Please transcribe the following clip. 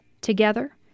Together